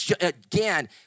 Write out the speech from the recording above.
again